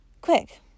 Quick